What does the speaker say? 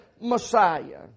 Messiah